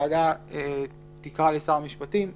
הוועדה תקרא לשר המשפטים לתקן.